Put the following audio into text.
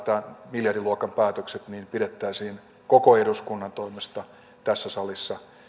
miljardiluokan päätökset pidettäisiin koko eduskunnan toimesta tässä salissa